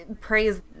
praise